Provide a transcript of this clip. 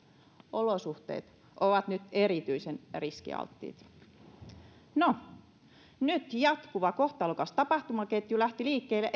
olosuhteet ovat nyt erityisen riskialttiit no nyt jatkuva kohtalokas tapahtumaketju lähti liikkeelle